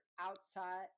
outside